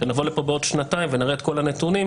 שנבוא לפה בעוד שנתיים ונראה את כל הנתונים,